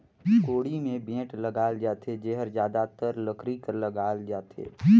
कोड़ी मे बेठ लगाल जाथे जेहर जादातर लकरी कर लगाल जाथे